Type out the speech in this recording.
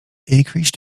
increased